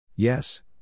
Yes